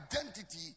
identity